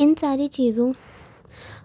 ان ساری چیزوں